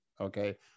okay